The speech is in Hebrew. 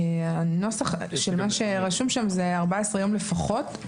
הנוסח של מה שרשום שם הוא 14 יום לפחות.